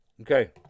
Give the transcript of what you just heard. Okay